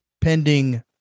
pending